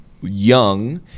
young